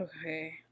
Okay